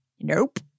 Nope